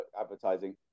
advertising